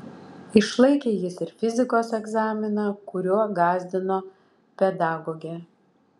išlaikė jis ir fizikos egzaminą kuriuo gąsdino pedagogė